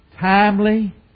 timely